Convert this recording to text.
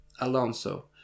Alonso